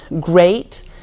great